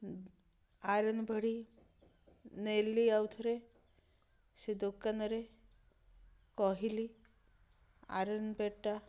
iron ପେଡ଼ି ନେଲି ଆଉ ଥରେ ସେ ଦୋକାନରେ କହିଲି ଆଇରନ୍ ପେଡ଼ିଟା